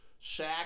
Shaq